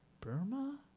Burma